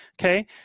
Okay